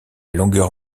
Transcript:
longueur